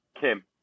Kim